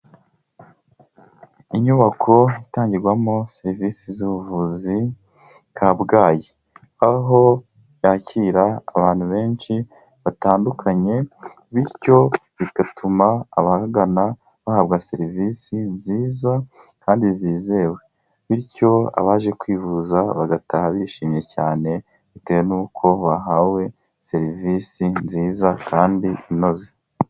Inyubako itangirwamo serivisi z'ubuvuzi, Kabgayi aho yakira abantu benshi batandukanye bityo bigatuma abagana bahabwa serivisi nziza kandi zizewe bityo abaje kwivuza bagataha bishimye cyane bitewe n'uko bahawe serivisi nziza kandi inoze.